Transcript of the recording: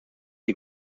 die